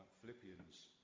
Philippians